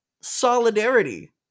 solidarity